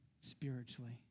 spiritually